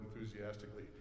enthusiastically